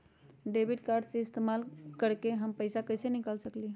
Debit card के इस्तेमाल करके हम पैईसा कईसे निकाल सकलि ह?